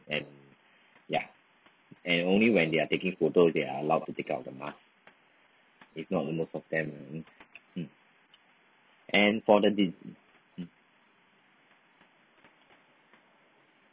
and ya and only when they are taking photo they are allowed to take out the mask if not most of them mm and for the de~